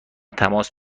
تماس